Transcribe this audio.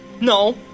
No